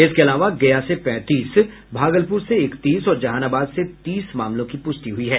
इसके अलावा गया से पैंतीस भागलपुर से इकतीस और जहानाबाद से तीस मामलों की पुष्टि हुई है